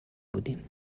بودیم